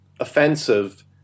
offensive